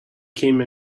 came